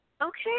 Okay